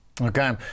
Okay